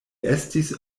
estis